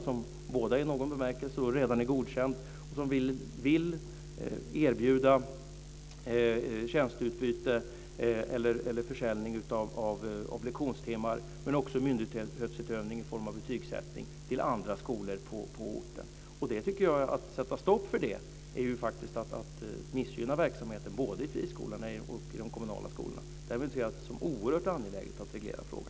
Båda kan i någon bemärkelse redan vara godkända, och båda kanske vill erbjuda tjänsteutbyte eller försäljning av lektionstimmar - men också myndighetsutövning i form av betygssättning - till andra skolor på orten. Att sätta stopp för det tycker jag faktiskt är att missgynna verksamheten både i friskolorna och i de kommunala skolorna. Därmed ser jag det som oerhört angeläget att reglera frågan.